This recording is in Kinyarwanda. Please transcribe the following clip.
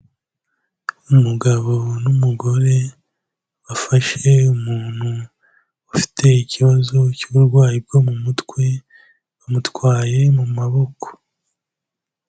Umugabo n'umugore bafashe umuntu ufite ikibazo cy'uburwayi bwo mu mutwe, bamutwaye mu maboko.